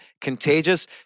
Contagious